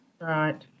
Right